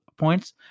points